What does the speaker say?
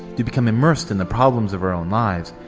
to become immersed in the problems of our own lives,